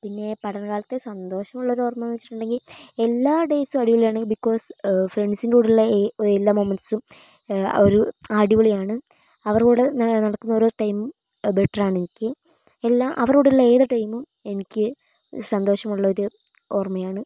പിന്നെ പഠനകാലത്തെ സന്തോഷമുള്ളൊരു ഓർമ്മയെന്നു വച്ചിട്ടുണ്ടെങ്കിൽ എല്ലാ ഡേയ്സും അടിപൊളിയാണ് ബിക്കോസ് ഫ്രണ്ട്സിൻ്റെ കൂടെയുള്ള എല്ലാ മൊമെൻ്സും ഒരു ആ അടിപൊളിയാണ് അവരോട് ഞാൻ നടക്കുന്ന ഓരോ ടൈമും ബെറ്റർ ആണെനിക്ക് എല്ലാ അവരോടുള്ള ഏതു ടൈമും എനിക്ക് സന്തോഷമുള്ള ഒരു ഓർമ്മയാണ്